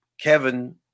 Kevin